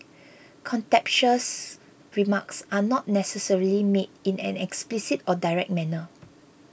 contemptuous remarks are not necessarily made in an explicit or direct manner